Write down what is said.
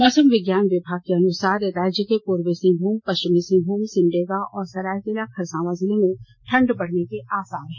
मौसम विज्ञान विभाग के अनुसार राज्य के पूर्वी सिंहभूम पश्चिमी सिंहभूम सिमडेगा और सरायकेला खरसावां जिले में ठंड बढ़ने के आसार हैं